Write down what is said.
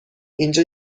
اینجا